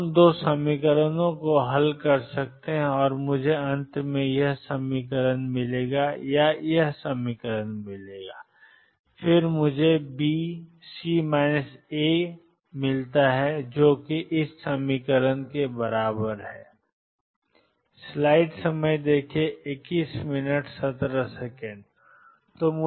अब हम दो समीकरणों को हल कर सकते हैं और मुझे 2A1k2k1C या C2k1k1k2A मिलता है और मुझे BC A मिलता है जो कि 2k1k1k2 1A है जो k1 k2k1k2 B है